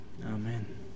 Amen